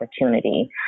opportunity